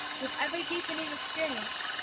with every deepening experience,